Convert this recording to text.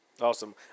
Awesome